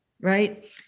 right